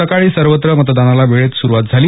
सकाळी सर्वत्र मतदानाला वेळत सुरूवात झाली